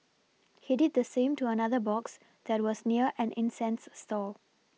he did the same to another box that was near an incense stall